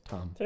Tom